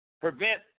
prevent